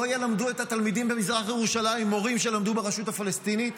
לא ילמדו את התלמידים במזרח ירושלים מורים שלמדו ברשות הפלסטינית,